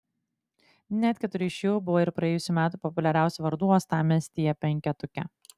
net keturi iš jų buvo ir praėjusių metų populiariausių vardų uostamiestyje penketuke